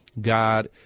God